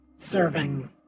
serving